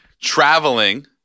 traveling